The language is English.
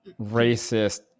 racist